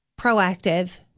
proactive